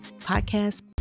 podcast